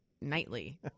nightly